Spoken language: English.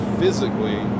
physically